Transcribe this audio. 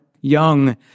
young